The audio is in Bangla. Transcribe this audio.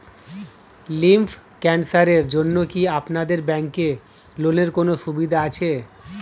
লিম্ফ ক্যানসারের জন্য কি আপনাদের ব্যঙ্কে লোনের কোনও সুবিধা আছে?